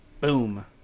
Boom